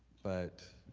but